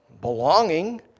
belonging